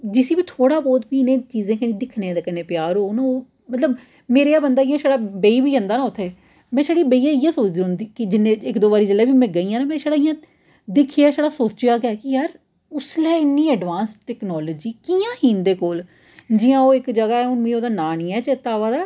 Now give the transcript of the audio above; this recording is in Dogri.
जिसी बी थोह्ड़ा बहुत बी इ'नें चीजें गी दिक्खने दे कन्नै प्यार होग मतलब मेरे जेहा बंदा छड़ा बेही बी जंदा न उत्थै में छड़ी बेहियै इ'यै सोचदी रौंह्दी कि जिन्ने इक दो बारी जेल्लै बी में गेई आं में छड़ा इ'यां दिक्खियै छड़ा सोचेआ गै कि यार उसलै इन्नी एडवांस टैक्नालजी कि'यां ही इं'दे कोल जि'यां ओह् इक जगह् ऐ हून मि ओह्दा नांऽ निं ऐ चेता आवा दा